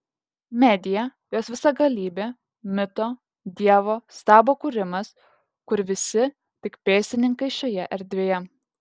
medija jos visagalybė mito dievo stabo kūrimas kur visi tik pėstininkai šioje erdvėje